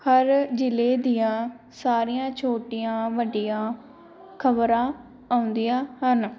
ਹਰ ਜ਼ਿਲ੍ਹੇ ਦੀਆਂ ਸਾਰੀਆਂ ਛੋਟੀਆਂ ਵੱਡੀਆਂ ਖਬਰਾਂ ਆਉਂਦੀਆਂ ਹਨ